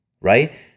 right